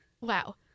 wow